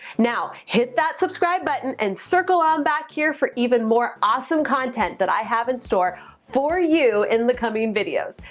now hit that subscribe button and circle on back here for even more awesome content that i have in store for you in the coming videos.